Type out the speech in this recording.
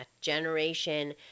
generation